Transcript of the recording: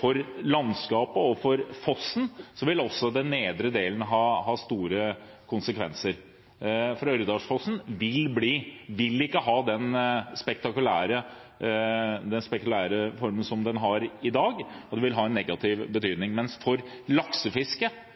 For landskapet og for fossen vil også utbygging av den nedre delen ha store konsekvenser, for Ørredalsfossen vil ikke ha den spektakulære formen den har i dag. For den vil utbygging ha negativ betydning. Når det gjelder laksefiske, vil en fortsatt kunne ha en vannføring for